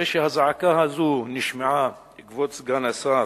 הזעקה הזאת נשמעה בעקבות דברי סגן השר